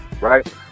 right